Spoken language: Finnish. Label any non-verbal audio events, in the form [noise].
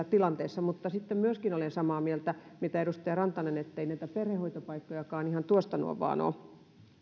[unintelligible] tilanteessa sitten myöskin olen samaa mieltä siitä mitä edustaja rantanen sanoi ettei niitä perhehoitopaikkojakaan ihan tuosta noin vain